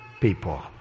people